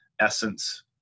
essence